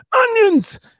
onions